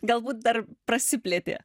galbūt dar prasiplėtė